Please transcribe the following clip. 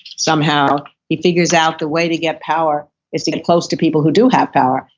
somehow he figures out the way to get power is to get close to people who do have power.